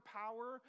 power